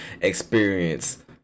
experience